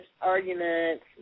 arguments